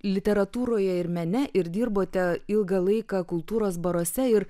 literatūroje ir mene ir dirbote ilgą laiką kultūros baruose ir